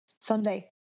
Sunday